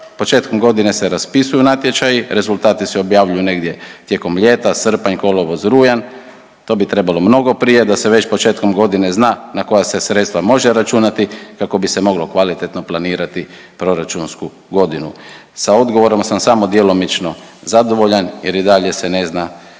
Početkom godine se raspisuju natječaji, rezultati se objavljuju negdje tijekom ljeta, srpanj, kolovoz, rujan to bi trebalo mnogi prije da se već početkom godine zna na koja se sredstva može računati kako bi se moglo kvalitetno planirati proračunsku godinu. Sa odgovorom sam samo djelomično zadovoljan jer i dalje se ne zna